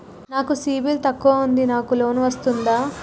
నాకు సిబిల్ తక్కువ ఉంది నాకు లోన్ వస్తుందా?